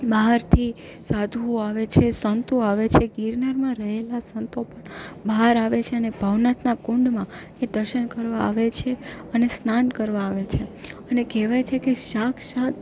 બહારથી સાધુઓ આવે છે સંતો આવે છે ગિરનારમાં રહેલા સંતો પણ બહાર આવે છે અને ભવનાથના કુંડમાં દર્શન કરવા આવે છે અને સ્નાન કરવા આવે છે કેહવાય છે કે સાક્ષાત